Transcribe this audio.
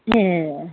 ए